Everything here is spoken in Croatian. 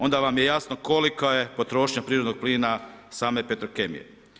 Onda vam je jasno kolika je potrošnja prirodnog plina same Petrokemije.